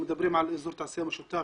אנחנו מדברים על אזור תעשייה משותף.